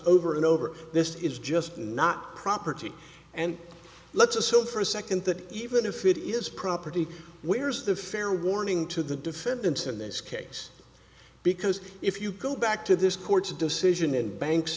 over and over this is just not property and let's assume for a second that even if it is property where's the fair warning to the defendants in this case because if you go back to this court's decision and banks